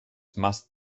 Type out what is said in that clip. must